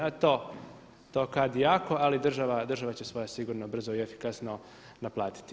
To kad jako, ali država će svoje sigurno brzo i efikasno naplatiti.